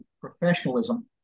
professionalism